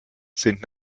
sind